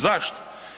Zašto?